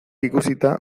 ikusita